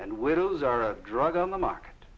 and widows are a drug on the market